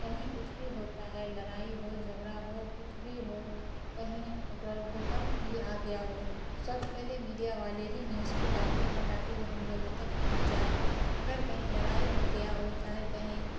کہیں کچھ بھی ہوتا ہے لڑائی ہو جھگرا ہو کچھ بھی ہو کہیں اگر بھوکمپ بھی آ گیا ہو تو سب سے پہلے میڈیا والے ہی نیوز پہ ڈالتے ہیں تاکہ وہ ہم لوگوں تک پہنچ جائے اگر کہیں لڑائی ہو گیا ہو چاہے کہیں